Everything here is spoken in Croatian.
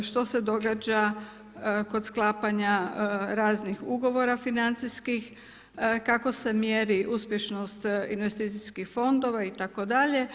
Što se događa kod sklapanja raznih ugovora financijskih, kako se mjeri uspješnost investicijskih fondova itd.